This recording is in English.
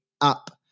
Up